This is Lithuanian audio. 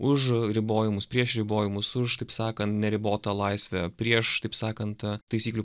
už ribojimus prieš ribojimus už kaip sakant neribotą laisvę prieš taip sakant taisyklių